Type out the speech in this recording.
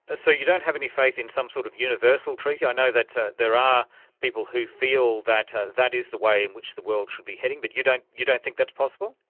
ah so you don't have any faith in some sort of universal treaty? i know that ah there are people who feel that that is the way in which the world should be heading. but you don't you don't think that's possible?